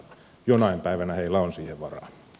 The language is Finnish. jonain päivänä heillä on siihen varaa